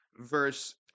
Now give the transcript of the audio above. verse